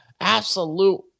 Absolute